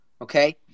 okay